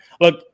Look